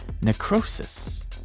necrosis